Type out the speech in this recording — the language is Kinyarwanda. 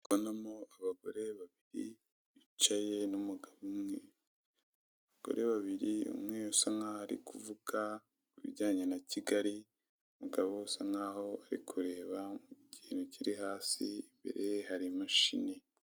Ndabonamo abagore babiri bicaye n'umugabo umwe, abagore babiri umwe usankaho arikuvuga ibijyanye na kigali , umugabo usankaho arikureba ikintu kirihasi imbere ye hari imashini.